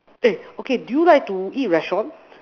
eh okay do you like to eat restaurant